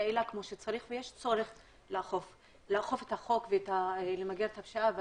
יעילה כמו שצריך ויש צורך לאכוף את החוק ולמגר את הפשיעה,